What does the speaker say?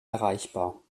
erreichbar